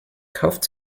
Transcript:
kauft